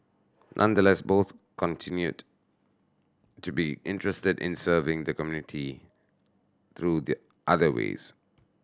nonetheless both continued to be interested in serving the community through the other ways